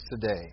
today